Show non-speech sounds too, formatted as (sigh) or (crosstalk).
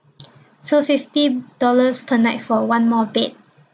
(noise) so fifty dollars per night for one more bed